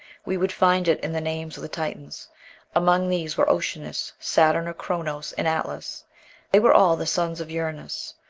we would find it in the names of the titans among these were oceanus, saturn or chronos, and atlas they were all the sons of uranos.